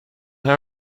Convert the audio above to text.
now